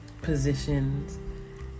positions